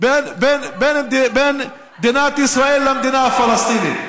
בין מדינת ישראל למדינה הפלסטינית.